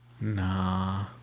Nah